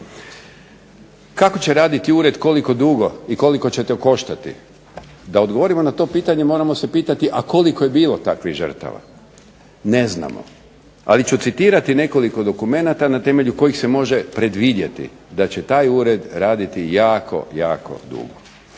Kako će raditi ured, koliko dugo i koliko će to koštati? Da odgovorimo na to pitanje moramo se pitati, a koliko je bilo takvih žrtava? Ne znamo, ali ću citirati nekoliko dokumenata na temelju kojih se može predvidjeti da će taj ured raditi jako, jako dugo.